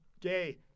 Gay